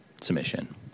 submission